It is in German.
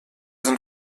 sind